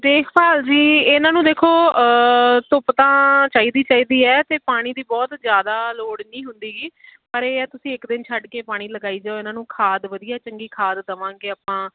ਦੇਖਭਾਲ ਜੀ ਇਹਨਾਂ ਨੂੰ ਦੇਖੋ ਪ ਤਾਂ ਚਾਹੀਦੀ ਚਾਹੀਦੀ ਹੈ ਅਤੇ ਪਾਣੀ ਦੀ ਬਹੁਤ ਜ਼ਿਆਦਾ ਲੋੜ ਨਹੀਂ ਹੁੰਦੀ ਗੀ ਪਰ ਇਹ ਹੈ ਤੁਸੀਂ ਇੱਕ ਦਿਨ ਛੱਡ ਕੇ ਪਾਣੀ ਲਗਾਈ ਜਾਓ ਇਹਨਾਂ ਨੂੰ ਖਾਦ ਵਧੀਆ ਚੰਗੀ ਖਾਦ ਦੇਵਾਂਗੇ ਆਪਾਂ